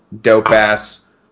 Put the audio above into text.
dope-ass